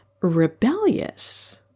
rebellious